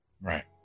Right